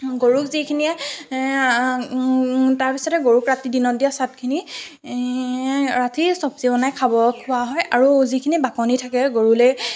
গৰুক যিখিনিয়ে তাৰ পাছতে গৰুক কাটি দিনত দিয়া চাতখিনি ৰাতি চবজি বনাই খাব খোৱা হয় আৰু যিখিনি বাকলি থাকে গৰুলৈ